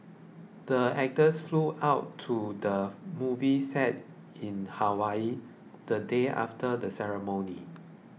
the actors flew out to the movie set in Hawaii the day after the ceremony